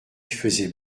faisaient